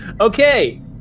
Okay